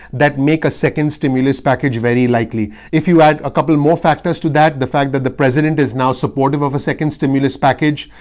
that make a second stimulus package, very likely. if you add a couple more factors to that, the fact that the president is now supportive of a second stimulus package,